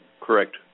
Correct